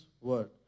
word